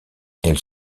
elle